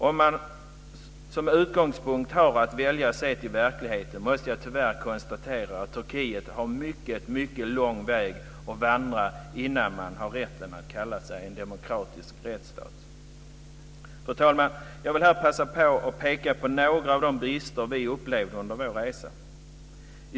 Om man som utgångspunkt väljer att se till verkligheten, måste jag tyvärr konstatera att Turkiet har mycket lång väg att vandra innan man har rätten att kalla sig en demokratisk rättsstat. Fru talman! Jag vill här passa på att peka på några av de brister som vi upplevde under vår resa.